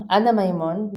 עדה מימון,